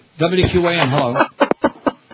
WQAM